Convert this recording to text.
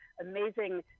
amazing